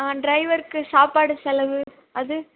ஆ டிரைவர்க்கு சாப்பாடு செலவு அது